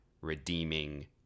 redeeming